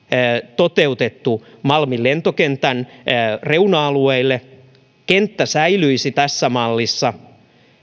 toteutettu malmin lentokentän reuna alueille kenttä säilyisi tässä mallissa